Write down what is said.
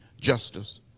justice